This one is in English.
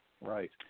Right